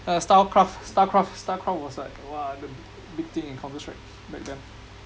uh StarCraft StarCraft StarCraft was like !wah! the big big thing in Counter Strike back then